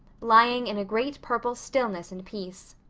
lying in a great purple stillness and peace.